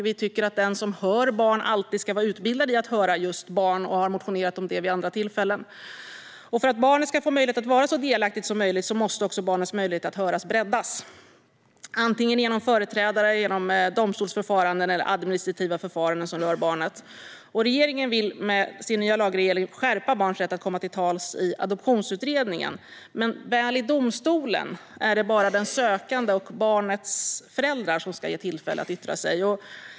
Vi tycker att den som hör barn alltid ska vara utbildad i att höra just barn, och det har vi motionerat om vid andra tillfällen. För att barnet ska få möjlighet att vara så delaktigt som möjligt måste också barnens möjlighet att höras breddas. Det kan ske genom företrädare, genom domstolsförfaranden eller genom administrativa förfaranden som rör barnet. Regeringen vill med sin nya lagreglering skärpa barns rätt att komma till tals i adoptionsutredningen, men väl i domstolen är det bara den sökande och barnets föräldrar som ska ges tillfälle att yttra sig.